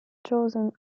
chosen